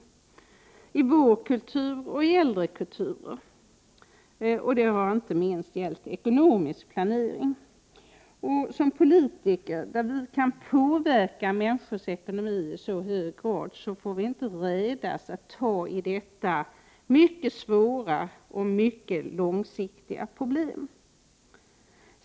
Detta gäller både i vår nuvarande kultur och i äldre kulturer, och det gäller inte minst den ekonomiska planeringen. Som politiker, där vi kan påverka människors ekonomi i så hög grad, får vi inte rädas att ta i detta mycket svåra och långsiktiga problem.